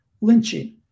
lynching